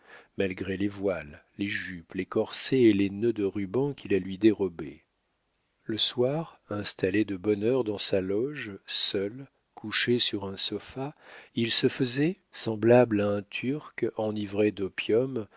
malgré les voiles les jupes les corsets et les nœuds de rubans qui la lui dérobaient le soir installé de bonne heure dans sa loge seul couché sur un sofa il se faisait semblable à un turc enivré d'opium